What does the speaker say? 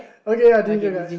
okay I